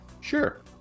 Sure